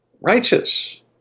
righteous